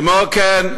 כמו כן,